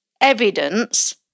evidence